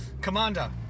Commander